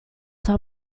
top